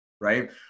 right